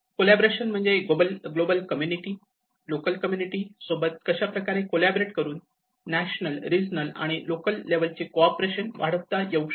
collaboration म्हणजे global community local community सोबत कशाप्रकारे कोल्याबरेट करून नॅशनल रिजनल आणि लोकल लेवल चे कोऑपरेशन वाढवता येऊ शकते